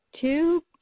two